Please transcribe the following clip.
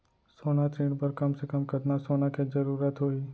सोना ऋण बर कम से कम कतना सोना के जरूरत होही??